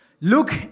Look